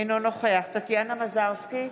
אינו נוכח טטיאנה מזרסקי,